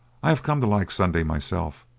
i have come to like sunday myself.